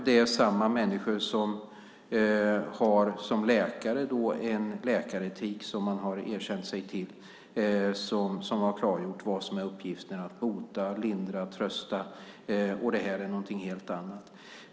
Det är samma människor som i egenskap av läkare har erkänt sig till en läkaretik som har klargjort vad som är uppgiften, att bota, lindra och trösta. Det här är någonting helt annat.